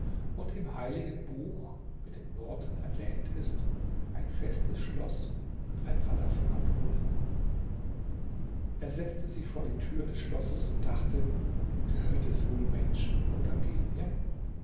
und im heiligen buch koran mit den worten erwähnt ist ein festes schloß und ein verlassener brunnen er setzte sich vor die tür des schlosses und dachte gehört es wohl menschen oder genien